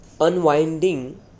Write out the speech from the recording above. Unwinding